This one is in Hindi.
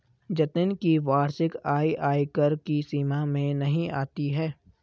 जतिन की वार्षिक आय आयकर की सीमा में नही आती है